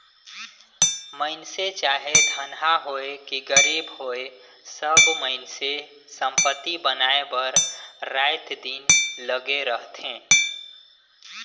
मइनसे चाहे धनहा होए कि गरीब होए सब मइनसे संपत्ति बनाए बर राएत दिन लगे रहथें